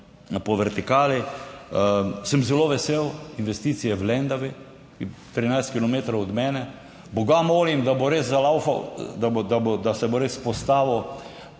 po vertikali, sem zelo vesel investicije v Lendavi in 13 kilometrov od mene. Boga molim, da bo res zalaufal, se bo res postavil